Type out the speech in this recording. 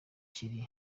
kiri